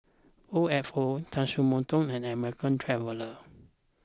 O F O Tatsumoto and American Traveller